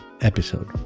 episode